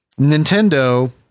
Nintendo